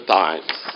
times